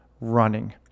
running